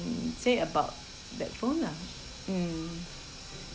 say about that phone lah mm